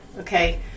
Okay